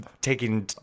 taking